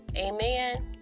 Amen